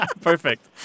Perfect